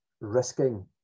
risking